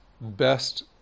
best